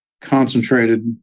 concentrated